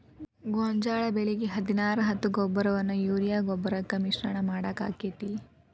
ಗೋಂಜಾಳ ಬೆಳಿಗೆ ಹದಿನಾರು ಹತ್ತು ಗೊಬ್ಬರವನ್ನು ಯೂರಿಯಾ ಗೊಬ್ಬರಕ್ಕೆ ಮಿಶ್ರಣ ಮಾಡಾಕ ಆಕ್ಕೆತಿ?